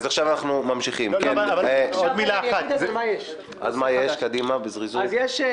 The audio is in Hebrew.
אז אני אגיד על מה יש טענות של נושא חדש.